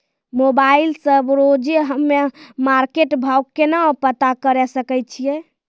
Mobile से रोजे हम्मे मार्केट भाव केना पता करे सकय छियै?